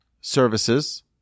services